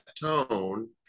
tone